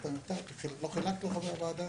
לא חילקת לחברי הוועדה?